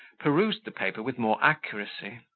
perused the paper with more accuracy,